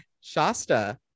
Shasta